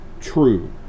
true